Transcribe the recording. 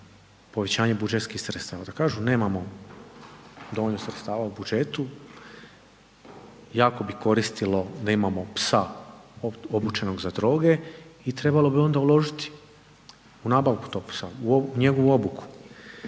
povećanje budžetskih sredstava, da kažu nemamo dovoljno sredstava u budžetu jako bi koristilo da imamo psa obučenog za droge i trebalo bi onda uložiti u nabavku tog psa u njegovu obuku.